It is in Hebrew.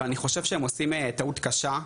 אבל אני חושב שהם עושים טעות קשה,